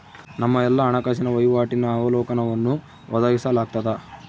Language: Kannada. ನಮ್ಮ ಎಲ್ಲಾ ಹಣಕಾಸಿನ ವಹಿವಾಟಿನ ಅವಲೋಕನವನ್ನು ಒದಗಿಸಲಾಗ್ತದ